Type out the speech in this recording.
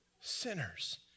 sinners